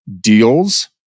deals